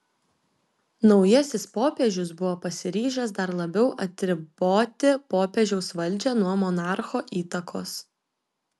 naujasis popiežius buvo pasiryžęs dar labiau atriboti popiežiaus valdžią nuo monarcho įtakos